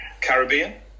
Caribbean